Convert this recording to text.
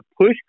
push